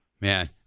Man